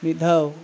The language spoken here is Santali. ᱢᱤᱫ ᱫᱷᱟᱣ